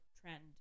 trend